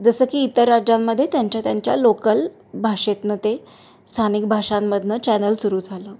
जसं की इतर राज्यांमध्ये त्यांच्या त्यांच्या लोकल भाषेतनं ते स्थानिक भाषांमधनं चॅनल सुरू झालं